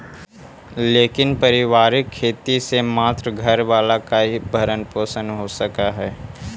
लेकिन पारिवारिक खेती से मात्र घर वाला के ही भरण पोषण हो सकऽ हई